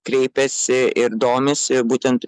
kreipėsi į domisi būtent